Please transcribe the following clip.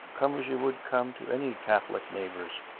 come as you would come to any catholic neighbours.